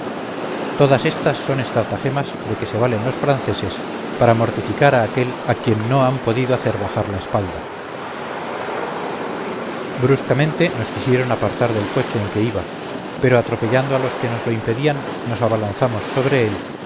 todas estas son estratagemas de que se valen los franceses para mortificar a aquel a quien no han podido hacer bajar la espalda bruscamente nos quisieron apartar del coche en que iba pero atropellando a los que nos lo impedían nos abalanzamos sobre él